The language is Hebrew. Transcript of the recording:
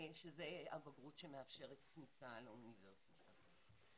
שזה הבגרות שמאפשרת כניסה לאוניברסיטה.